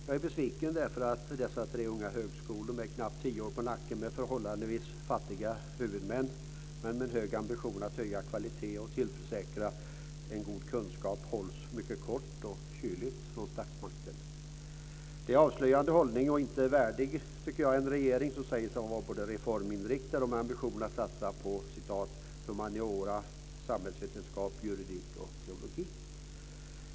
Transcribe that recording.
Jag är besviken därför att dessa tre unga högskolor, med knappt tio år på nacken och med förhållandevis "fattiga" huvudmän, men med en hög ambition att höja kvaliteten och att tillförsäkra god kunskap, hålls mycket kort och kyligt av statsmakten. Det är en avslöjande hållning som jag inte tycker är värdig en regering som säger sig vara både reforminriktad och ha ambitionen att satsa på "humaniora, samhällsvetenskap, juridik och teologi".